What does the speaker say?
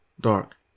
Dark